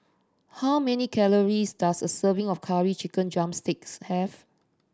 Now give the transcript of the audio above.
how many calories does a serving of Curry Chicken drumsticks have